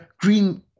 green